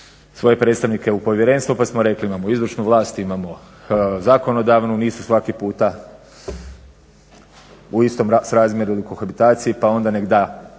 svoje predstavnike u povjerenstvo pa smo rekli imamo izvršnu vlast, imamo zakonodavnu. Nisu svaki puta u istom srazmjeru ili kohabitaciji, pa onda nek' da